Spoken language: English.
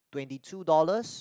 twenty two dollars